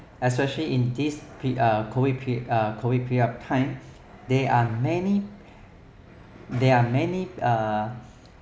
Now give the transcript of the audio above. especially in this pe~ uh COVID uh COVID period of time there are many there are many uh